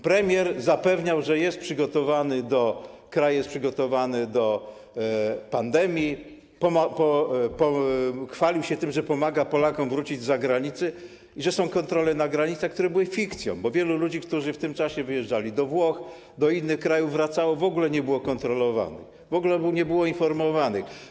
Premier zapewniał, że kraj jest przygotowany do pandemii, chwalił się tym, że pomaga Polakom powrócić z zagranicy, że są kontrole na granicach, które były fikcją, bo wielu ludzi, którzy w tym czasie wyjeżdżali do Włoch i do innych krajów i wracali, w ogóle nie było kontrolowanych, w ogóle nie było informowanych.